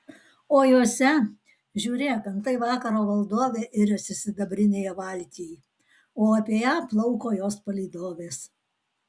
o juose žiūrėk antai vakaro valdovė iriasi sidabrinėje valtyj o apie ją plauko jos palydovės